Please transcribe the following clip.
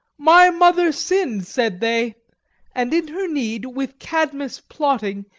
my mother sinned, said they and in her need, with cadmus plotting,